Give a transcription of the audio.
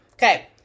Okay